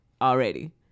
already